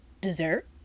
dessert